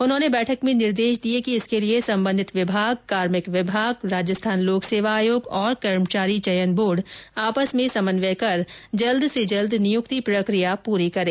उन्होंने बैठक में निर्देश दिए कि इसके लिए संबधित विभाग कार्मिक विभाग राजस्थान लोक सेवा आयोग और कर्मचारी चयन बोर्ड आपस में समन्वय कर जल्दी से जल्दी नियुक्ति प्रकिया पूरी करें